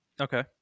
Okay